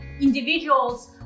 individuals